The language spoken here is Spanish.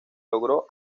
logró